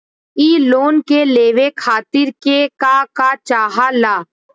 इ लोन के लेवे खातीर के का का चाहा ला?